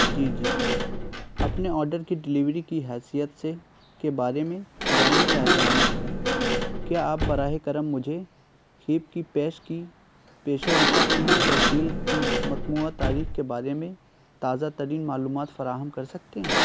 جی جی اپنے آڈر کی ڈلیوری کی حیثیت سے کے بارے میں جاننا چاہتا ہوں میں کیا آپ براہ کرم مجھے کھیپ کی پیش کی پیش و رفت کی ترسیل کی مطبوعہ تاریخ کے بارے میں تازہ ترین معلومات فراہم کر سکتے ہیں